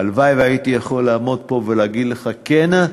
הלוואי שהייתי יכול לעמוד פה ולהגיד לך: כן,